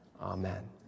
Amen